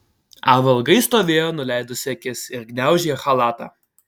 ava ilgai stovėjo nuleidusi akis ir gniaužė chalatą